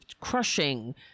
crushing